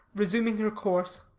resuming her course.